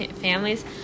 families